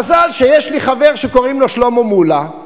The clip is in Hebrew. המזל שיש לי חבר שקוראים לו שלמה מולה.